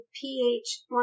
ph